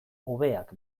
hobeak